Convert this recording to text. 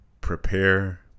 prepare